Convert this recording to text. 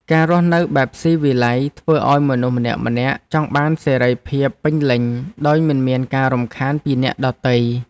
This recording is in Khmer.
ការរស់នៅបែបស៊ីវិល័យធ្វើឱ្យមនុស្សម្នាក់ៗចង់បានសេរីភាពពេញលេញដោយមិនមានការរំខានពីអ្នកដទៃ។